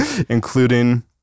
including